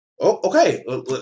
Okay